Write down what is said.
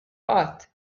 qatt